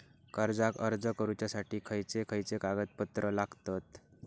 कर्जाक अर्ज करुच्यासाठी खयचे खयचे कागदपत्र लागतत